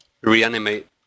reanimate